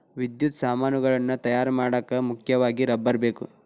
ವಿದ್ಯುತ್ ಸಾಮಾನುಗಳನ್ನ ತಯಾರ ಮಾಡಾಕ ಮುಖ್ಯವಾಗಿ ರಬ್ಬರ ಬೇಕ